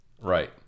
Right